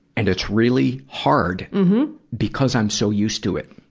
and it's really hard because i'm so used to it.